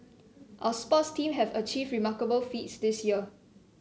our sports team have achieved remarkable feats this year